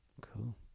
cool